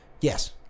Yes